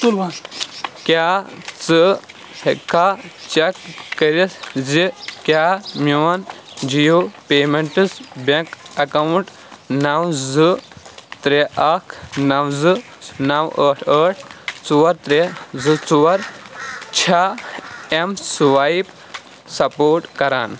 کیٛاہ ژٕ ہٮ۪ککھا چیک کٔرِتھ زِ کیٛاہ میون جِیو پیمٮ۪نٛٹٕس بٮ۪نٛک اٮ۪کاوُنٛٹ نَو زٕ ترٛےٚ اَکھ نو زٕ نَو ٲٹھ ٲٹھ ژور ترٛےٚ زٕ ژور چھا اٮ۪م سٕوایپ سَپوٹ کران